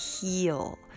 heal